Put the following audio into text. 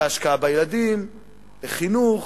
להשקעה בילדים, לחינוך,